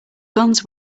guns